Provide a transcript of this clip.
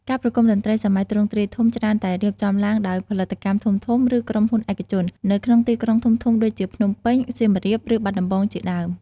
ការប្រគំតន្ត្រីសម័យទ្រង់ទ្រាយធំ ច្រើនតែរៀបចំឡើងដោយ ផលិតកម្មធំៗ ឬក្រុមហ៊ុនឯកជន នៅក្នុងទីក្រុងធំៗដូចជាភ្នំពេញ សៀមរាប ឬបាត់ដំបងជាដើម។